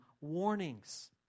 warnings